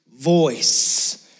voice